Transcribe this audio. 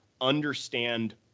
understand